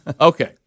Okay